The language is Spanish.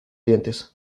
dientes